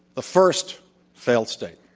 the first failed state?